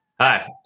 hi